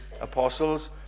apostles